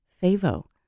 favo